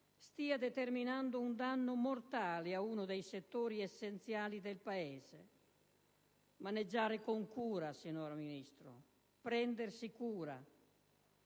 stia determinando un danno mortale ad uno dei settori essenziali del Paese? Maneggiare con cura, signora Ministro, prendersi cura